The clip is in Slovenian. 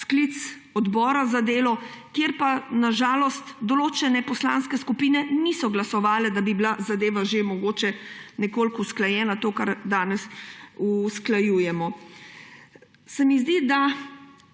sklic odbora za delo, kjer pa na žalost določene poslanske skupine niso glasovale, da bi bila zadeva mogoče že nekoliko usklajena, to, kar danes usklajujemo. Se mi zdi, da